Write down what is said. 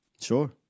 Sure